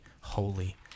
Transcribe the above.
holy